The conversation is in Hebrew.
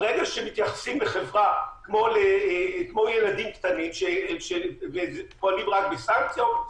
ברגע שמתייחסים לחברה כמו לילדים קטנים ופועלים רק בסנקציות,